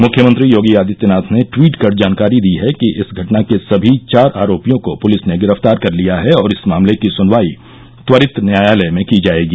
मुख्यमंत्री योगी आदित्यनाथ ने ट्वीट कर जानकारी दी है कि इस घटना के सभी चार आरोपियों को पुलिस ने गिरफ्तार कर लिया है और इस मामले की सुनवाई त्वरित न्यायालय में की जाएगी